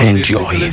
Enjoy